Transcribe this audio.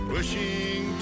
Pushing